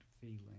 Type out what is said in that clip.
feeling